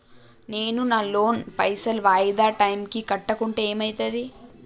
నేను నా లోన్ పైసల్ వాయిదా టైం కి కట్టకుంటే ఏమైతది?